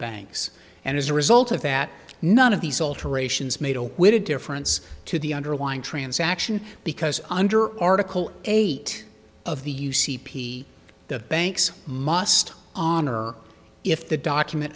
banks and as a result of that none of these alterations made a whit of difference to the underlying transaction because under article eight of the u c p the banks must honor if the document